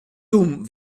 dumm